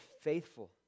faithful